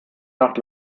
nacht